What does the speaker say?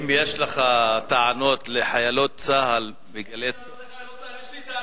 אם יש לך טענות לחיילות צה"ל ב"גלי צה"ל" אין לי טענות לחיילות צה"ל.